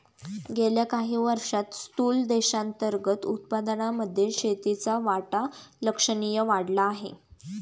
गेल्या काही वर्षांत स्थूल देशांतर्गत उत्पादनामध्ये शेतीचा वाटा लक्षणीय वाढला आहे